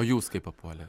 o jūs kaip papuolė